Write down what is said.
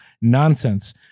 Nonsense